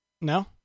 No